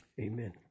Amen